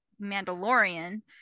Mandalorian